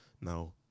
Now